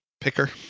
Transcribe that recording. picker